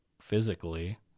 physically